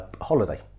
holiday